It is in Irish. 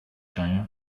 teanga